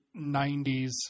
90s